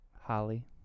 Holly